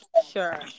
Sure